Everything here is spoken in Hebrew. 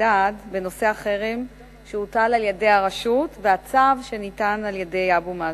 אלדד בנושא החרם שהוטל על-ידי הרשות והצו שניתן על-ידי אבו מאזן.